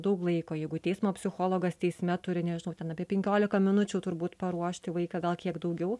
daug laiko jeigu teismo psichologas teisme turi nežinau ten apie penkiolika minučių turbūt paruošti vaiką gal kiek daugiau